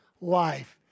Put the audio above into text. life